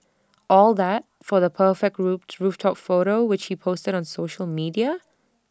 all that for the perfect roof rooftop photo which he posted on social media